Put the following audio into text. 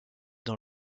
dans